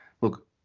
look